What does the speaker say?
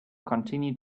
continued